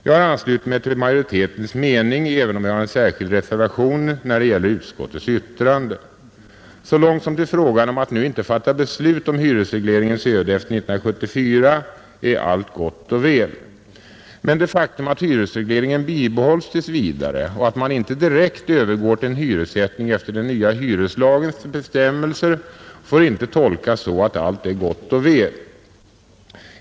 Jag ansluter mig till majoritetens mening, även om jag har en särskild reservation när det gäller utskottets yttrande. Så långt som till förslaget att nu inte fatta beslut om hyresregleringens öde efter 1974 är allt gott och väl. Men det faktum att hyresregleringen bibehålls tills vidare och att man inte direkt övergår till en hyressättning efter den nya hyreslagens bestämmelser får inte tolkas så att allt är gott och väl.